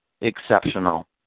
exceptional